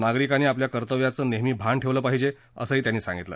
नागरिकांनी आपल्या कर्तव्याचं नेहमी भान ठेवलं पाहिजे असंही त्यांनी सांगितलं